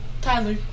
Tyler